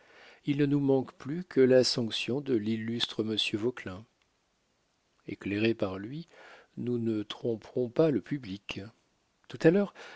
il ne nous manque plus que la sanction de l'illustre monsieur vauquelin éclairés par lui nous ne tromperons pas le public tout à l'heure